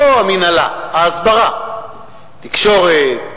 לא המינהלה, ההסברה, תקשורת,